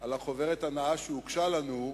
על החוברת הנאה שהוגשה לנו.